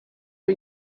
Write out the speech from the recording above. for